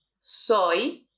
soy